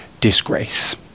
disgrace